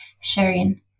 sharing